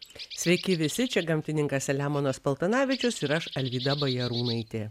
sveiki visi čia gamtininkas selemonas paltanavičius ir aš alvyda bajarūnaitė